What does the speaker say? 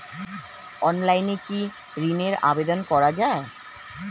অনলাইনে কি ঋনের আবেদন করা যায়?